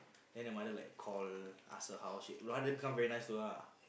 then her mother like call ask her how she mother become very nice to her ah